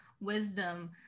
wisdom